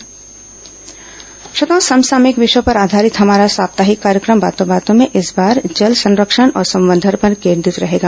बातों बातों में समसामयिक विषयों पर आधारित हमारा साप्ताहिक कार्यक्रम बातों बातों में इस बार जल संरक्षण और संवर्धन पर केंद्रित रहेगा